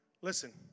Listen